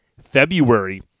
February